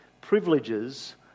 privileges